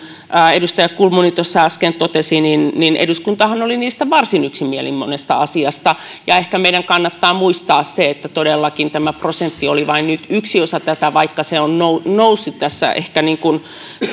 edustaja kulmuni tuossa äsken totesi eduskuntahan oli niistä varsin yksimielinen monesta asiasta ehkä meidän kannattaa muistaa se että todellakin se prosentti oli vain yksi osa tätä vaikka se on noussut noussut tässä ehkä